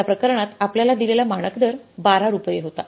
त्या प्रकरणात आपल्याला दिलेला मानक दर 12 रुपये होता